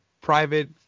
private